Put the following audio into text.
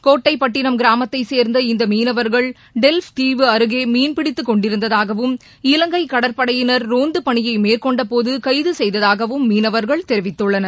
கோட்டைப்பட்டினம் கிராமத்தைச் சேர்ந்த இந்த மீளவர்கள் டெவ்ப் தீவு அருகே மீன்பிடித்துக் கொண்டிருந்ததாகவும் இலங்கை கடற்படையினர் ரோந்து பணியை மேற்கொண்டபோது கைது செய்ததாகவும் மீனவர்கள் தெரிவித்துள்ளனர்